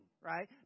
right